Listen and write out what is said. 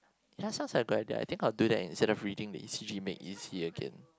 ya sounds like a good idea I think I'll do that instead of reading the E_C_G make E_C again